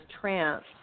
trance